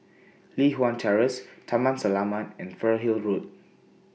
Li Hwan Terrace Taman Selamat and Fernhill Road